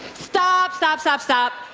stop. stop, stop, stop.